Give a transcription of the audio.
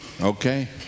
Okay